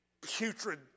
putrid